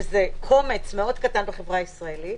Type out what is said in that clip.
וזה קומץ מאוד קטן בחברה הישראלית,